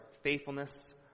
faithfulness